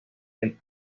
del